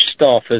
staffers